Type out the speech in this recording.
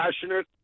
passionate